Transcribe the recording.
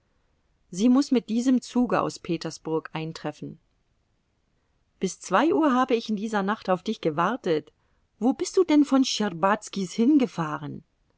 sie muß mit diesem zuge aus petersburg eintreffen bis zwei uhr habe ich in dieser nacht auf dich gewartet wo bist du denn von schtscherbazkis hingefahren